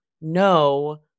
no